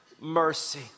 mercy